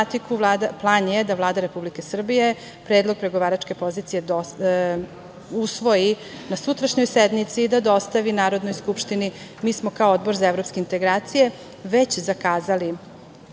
Plan je da Vlada Republike Srbije, predlog pregovaračke pozicije usvoji na sutrašnjoj sednici i da dostavi Narodnoj skupštini. Mi smo, kao Odbor za evropske integracije već zakazali